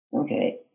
Okay